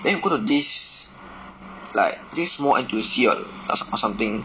then we go to this like this small N_T_U_C or or something